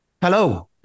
Hello